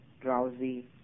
drowsy